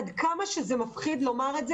עד כמה שזה מפחיד לומר את זה,